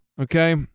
okay